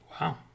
Wow